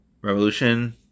Revolution